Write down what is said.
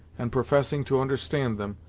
and professing to understand them,